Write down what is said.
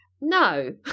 No